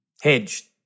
hedged